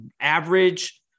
average